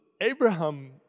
Abraham